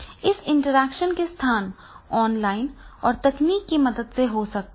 इस इंटरैक्शन के लिए स्थान ऑनलाइन और तकनीक की मदद से हो सकता है